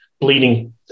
bleeding